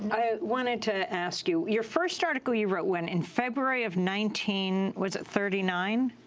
i wanted to ask you, your first article, you wrote when? in february of nineteen was it thirty nine?